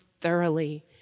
thoroughly